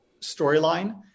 storyline